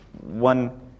One